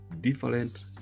different